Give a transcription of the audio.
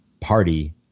party